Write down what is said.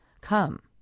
come